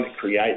create